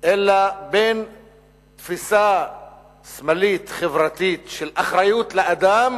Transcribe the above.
אלא בין תפיסה שמאלית חברתית של אחריות לאדם